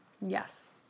Yes